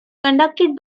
conducted